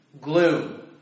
gloom